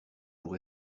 pour